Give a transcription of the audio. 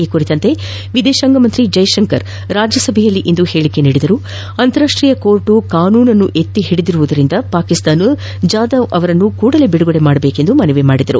ಈ ಕುರಿತಂತೆ ವಿದೇಶಾಂಗ ಸಚಿವ ಜೈಶಂಕರ್ ರಾಜ್ಯಸಭೆಯಲ್ಲಿ ಹೇಳಿಕೆ ನೀಡಿ ಅಂತಾರಾಷ್ಟೀಯ ನ್ಯಾಯಾಲಯ ಕಾನೂನನ್ನು ಎತ್ತಿ ಹಿಡಿದಿರುವುದರಿಂದ ಪಾಕಿಸ್ತಾನ ಕುಲಭೂಷಣ್ ಜಾದವ್ ಅವರನ್ನು ಬಿದುಗಡೆ ಮಾಡಬೇಕೆಂದು ಮನವಿ ಮಾಡಿದರು